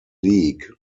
league